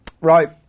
right